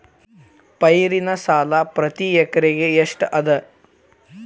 ಪೈರಿನ ಸಾಲಾ ಪ್ರತಿ ಎಕರೆಗೆ ಎಷ್ಟ ಅದ?